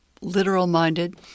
literal-minded